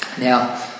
now